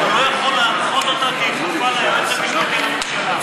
לא יכול להנחות אותה כי היא כפופה ליועץ המשפטי לממשלה.